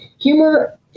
humor